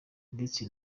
ndetse